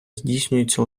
здійснюється